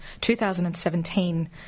2017